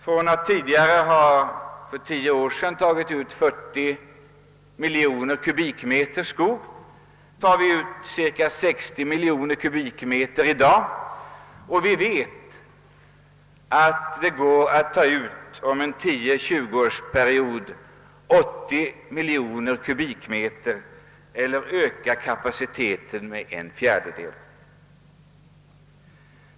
Från att för tio år sedan ha tagit ut 40 miljoner kubikmeter skog tar vi ut cirka 60 miljoner kubikmeter i dag, och vi vet att det om tio—tjugo år går att ta ut 80 miljoner kubikmeter eller att öka kapaciteten med en fjärdedel.